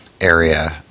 area